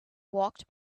walked